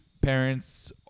parents